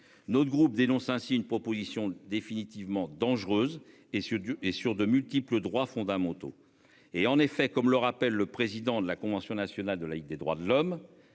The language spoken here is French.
notre groupe dénonce ainsi une proposition définitivement dangereuse et ceux du et sur de multiples droits fondamentaux et en effet, comme le rappelle le président de la convention nationale de la Ligue des droits de l'homme.